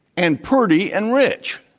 and pretty, and rich.